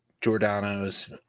Giordano's